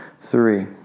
three